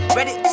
Ready